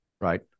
right